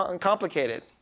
complicated